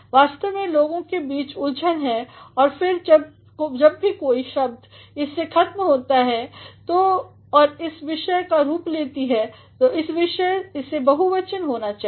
वास्तव में लोगों के बीच उलझन है कि जब भी कोई शब्दइस से खतम होता है और यह विषय का रूप लेती है तो इसे बहुवचन होना चाहिए